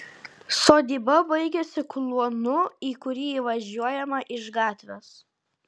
sodyba baigiasi kluonu į kurį įvažiuojama iš gatvės